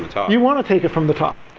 you want to take it from the top.